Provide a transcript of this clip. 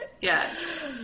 Yes